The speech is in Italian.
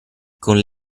con